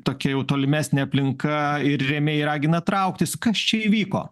tokia jau tolimesnė aplinka ir rėmėjai ragina trauktis kas čia įvyko